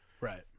Right